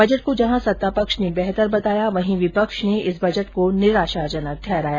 budget को जहां सत्ता पक्ष ने बेहतर बताया है वहीं विपक्ष ने इस बजट को निराशाजनक ठहराया